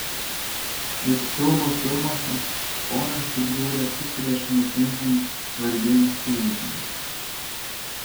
juk siaubo filmuose oras subjūra tik prieš nutinkant svarbiems įvykiams